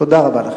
תודה רבה.